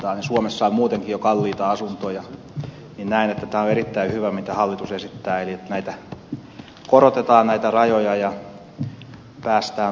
kun suomessa on muutenkin jo kalliita asuntoja niin näen että tämä on erittäin hyvä mitä hallitus esittää että korotetaan näitä rajoja